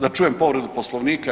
Da čujem povredu Poslovnika.